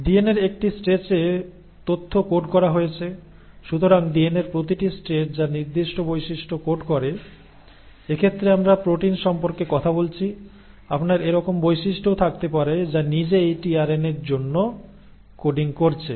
ডিএনএর একটি স্ট্রেচে তথ্য কোড করা হয়েছে সুতরাং ডিএনএর প্রতিটি স্ট্রেচ যা নির্দিষ্ট বৈশিষ্ট্য কোড করে এক্ষেত্রে আমরা প্রোটিন সম্পর্কে কথা বলছি আপনার এরকম বৈশিষ্ট্যও থাকতে পারে যা নিজেই টিআরএনএর জন্য কোডিং করছে